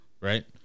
Right